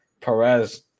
Perez